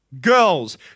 Girls